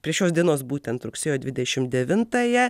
prie šios dienos būtent rugsėjo dvidešim devintąją